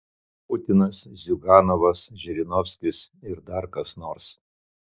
putinas ziuganovas žirinovskis ir dar kas nors